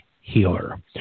Healer